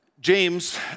James